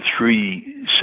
three